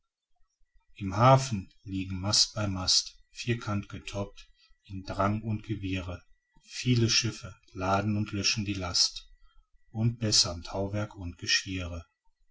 im hafen liegen mast bei mast vierkant getoppt in drang und gewirre viel schiffe laden und löschen die last und bessern tauwerk und